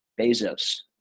Bezos